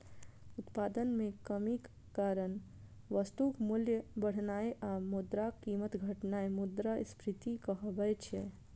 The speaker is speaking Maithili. उत्पादन मे कमीक कारण वस्तुक मूल्य बढ़नाय आ मुद्राक कीमत घटनाय मुद्रास्फीति कहाबै छै